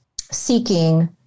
seeking